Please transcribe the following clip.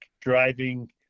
driving